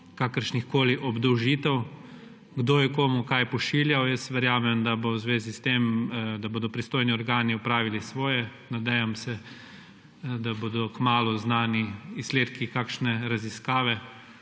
kakršnihkoli obdolžitev, kdo je komu kaj pošiljal. Jaz verjamem, da bo v zvezi s tem, da bodo pristojni organi opravili svoje. Nadejam se, da bodo kmalu znani izsledki kakšne raziskave.